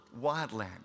wildland